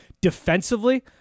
Defensively